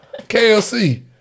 KLC